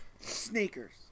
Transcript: Sneakers